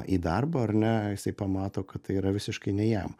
į darbą ar ne jisai pamato kad tai yra visiškai ne jam